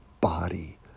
body